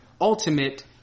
ultimate